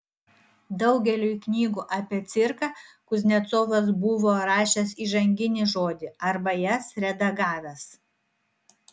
daugeliui knygų apie cirką kuznecovas buvo rašęs įžanginį žodį arba jas redagavęs